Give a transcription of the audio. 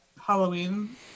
halloween